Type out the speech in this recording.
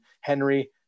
Henry